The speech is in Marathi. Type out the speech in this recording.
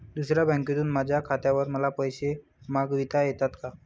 दुसऱ्या बँकेतून माझ्या खात्यावर मला पैसे मागविता येतात का?